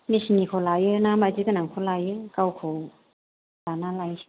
मिशिननिखौ लायो ना माइदि गोनांखौ लायो गावखौ लाना लायसै